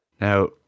Now